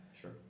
sure